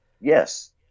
yes